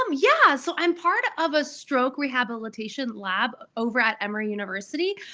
um yeah, so i'm part of a stroke rehabilitation lab over at emory university.